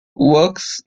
works